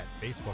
Facebook